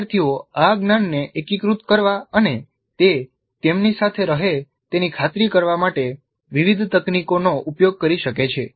વિદ્યાર્થીઓ આ જ્ઞાનને એકીકૃત કરવા અને તે તેમની સાથે રહે તેની ખાતરી કરવા માટે વિવિધ તકનીકોનો ઉપયોગ કરી શકે છે